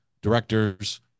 directors